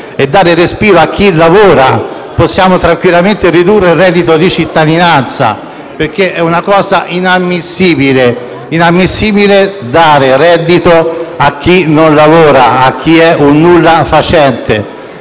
e dare respiro a chi lavora, possiamo tranquillamente ridurre il reddito di cittadinanza. È inammissibile dare reddito a chi non lavora, a chi è un nullafacente,